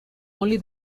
only